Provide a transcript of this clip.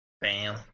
Bam